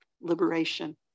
liberation